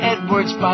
Edwards